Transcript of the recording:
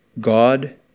God